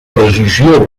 precisió